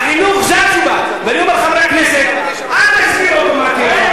והחינוך, זו התשובה.